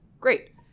Great